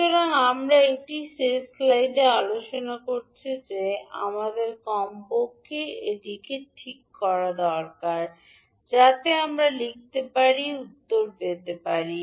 সুতরাং আমরা এটিই শেষ স্লাইডে আলোচনা করেছি যে আমাদের কমপক্ষে একটি ঠিক করা দরকার যাতে আমরা লিখতে পারি উত্তর পেতে পারি